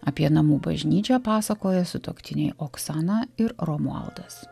apie namų bažnyčią pasakoja sutuoktiniai oksana ir romualdas